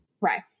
Right